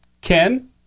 Ken